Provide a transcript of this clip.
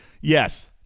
yes